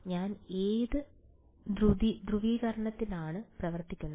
ഞാൻ ഏത് ധ്രുവീകരണത്തിലാണ് പ്രവർത്തിക്കുന്നത്